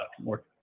more